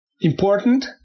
important